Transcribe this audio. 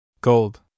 gold